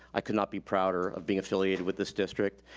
i could not be prouder of being affiliated with this district.